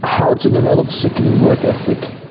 how to develop sickening work ethic.